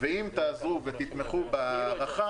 ואם תעזרו ותתמכו בהארכה,